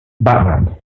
Batman